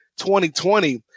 2020